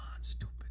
stupid